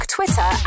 Twitter